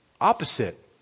opposite